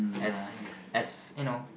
as as you know